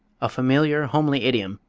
a familiar, homely idiom,